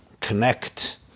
connect